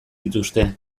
dituzte